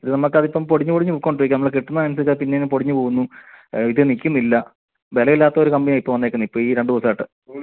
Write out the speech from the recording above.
ഇത് നമുക്ക് അത് ഇപ്പം പൊടിഞ്ഞ് പൊടിഞ്ഞ് പോയിക്കൊണ്ടിരിക്കുകയാണ് നമ്മൾ കെട്ടുന്നത് അനുസരിച്ച് പിന്നെയും അത് പൊടിഞ്ഞ് പോകുന്നു ഇത് നിൽക്കുന്നില്ല ബലമില്ലാത്ത ഒരു കമ്പി ഇപ്പോൾ വന്നിരിക്കുന്നത് ഇപ്പോൾ ഈ രണ്ട് ദിവസമായിട്ട്